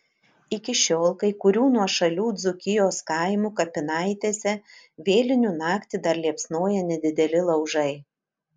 iki šiol kai kurių nuošalių dzūkijos kaimų kapinaitėse vėlinių naktį dar liepsnoja nedideli laužai